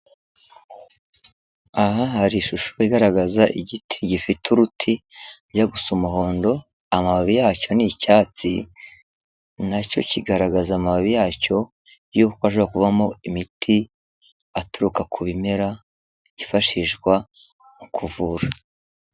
Aha hari ishusho igaragaza igiti gifite uruti rujya gusa umuhondo amababi yacyo ni icyatsi, nacyo kigaragaza amababi yacyo yuko hashobora kuvamo imiti aturuka ku bimera byifashishwa mu kuvura.